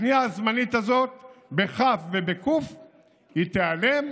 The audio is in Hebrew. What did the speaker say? הכניעה הזמנית הזאת והקנייה הזאת, הן ייעלמו.